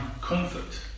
comfort